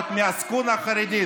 חברי הכנסת,